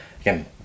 again